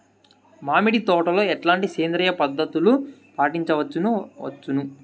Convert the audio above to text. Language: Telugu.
మామిడి తోటలో ఎట్లాంటి సేంద్రియ పద్ధతులు పాటించవచ్చును వచ్చును?